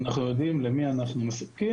אנחנו יודעים למי אנחנו מספקים,